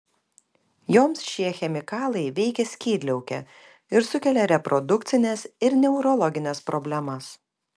joms šie chemikalai veikia skydliaukę ir sukelia reprodukcines ir neurologines problemas